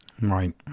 Right